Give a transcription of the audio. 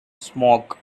smoke